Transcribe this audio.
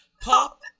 Pop